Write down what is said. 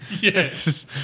Yes